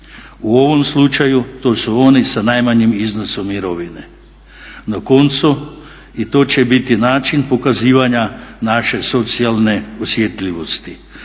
U ovom slučaju to su oni sa najmanjim iznosom mirovine. Na koncu, i to će biti način pokazivanja naše socijalne osjetljivosti.